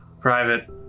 Private